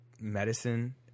medicine